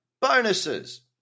bonuses